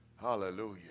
Hallelujah